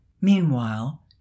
meanwhile